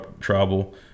trouble